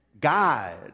God